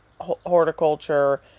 horticulture